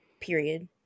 period